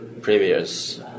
previous